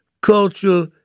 cultural